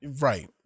right